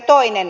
lausuma